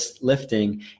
lifting